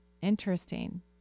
Interesting